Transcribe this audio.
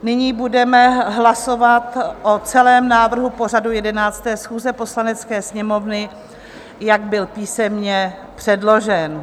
Nyní budeme hlasovat o celém návrhu pořadu 11. schůze Poslanecké sněmovny, jak byl písemně předložen.